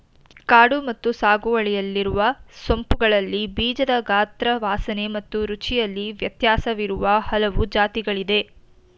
ಕಾಡು ಮತ್ತು ಸಾಗುವಳಿಯಲ್ಲಿರುವ ಸೋಂಪುಗಳಲ್ಲಿ ಬೀಜದ ಗಾತ್ರ ವಾಸನೆ ಮತ್ತು ರುಚಿಯಲ್ಲಿ ವ್ಯತ್ಯಾಸವಿರುವ ಹಲವು ಜಾತಿಗಳಿದೆ